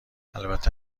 البته